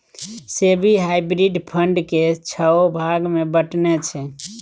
SEBI hybrid fund केँ छओ भाग मे बँटने छै